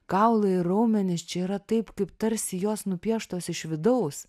kaulai ir raumenys čia yra taip kaip tarsi jos nupieštos iš vidaus